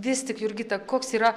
vis tik jurgita koks yra